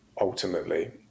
ultimately